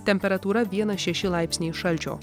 temperatūra vienas šeši laipsniai šalčio